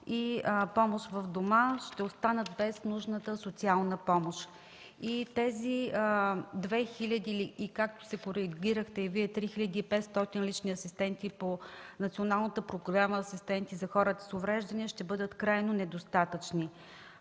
и „Помощ в дома”, ще останат без нужната социална помощ. Тези 2 хиляди или както се коригирахте 3500 лични асистенти по Националната програма „Асистенти за хора с увреждания” ще бъдат крайно недостатъчни.